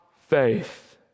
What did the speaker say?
faith